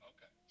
Okay